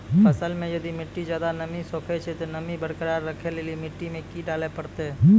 फसल मे यदि मिट्टी ज्यादा नमी सोखे छै ते नमी बरकरार रखे लेली मिट्टी मे की डाले परतै?